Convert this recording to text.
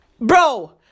Bro